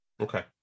Okay